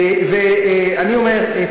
ואני אומר,